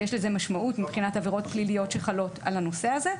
ויש לזה משמעות מבחינת עבירות פליליות שחלות על הנושא הזה,